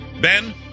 Ben